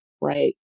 right